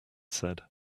said